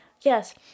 yes